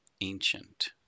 ancient